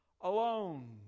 alone